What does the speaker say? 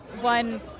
one